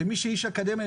ומי שאיש אקדמיה,